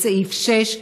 בסעיף 6,